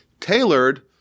tailored